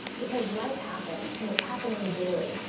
because life happens, and it's happening daily,